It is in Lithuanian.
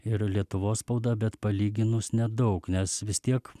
ir lietuvos spauda bet palyginus nedaug nes vis tiek